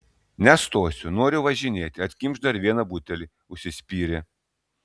nestosiu noriu važinėti atkimšk dar vieną butelį užsispyrė